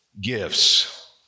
gifts